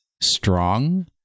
strong